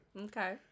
Okay